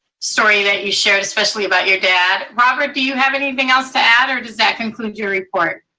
story that you shared, especially about your dad. robert, do you have anything else to add, or does that conclude your report?